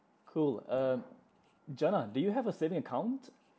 cool um janna do you have a saving account